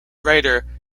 writer